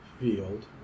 field